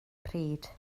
pryd